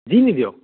যিয়েই নিদিয়ক